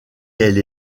elle